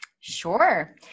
Sure